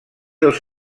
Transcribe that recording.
dos